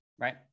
Right